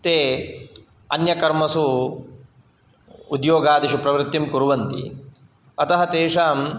ते अन्यकर्मसु उद्योगादिषु प्रवृत्तिं कुर्वन्ति अतः तेषां